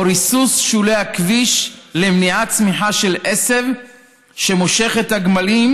ריסוס של שולי הכבישים למניעת צמיחה של עשב שמושך את הגמלים,